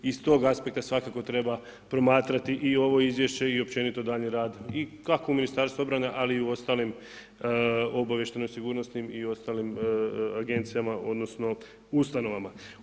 Iz toga aspekta svakako treba promatrati i ovo izvješće i općenito daljnji rad, kako Ministarstva obrane, ali i u ostalim obavještajno sigurnosnim i ostalim agencijama, odnosno ustanovama.